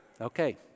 Okay